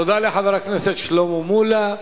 תודה לחבר הכנסת שלמה מולה.